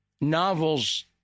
novels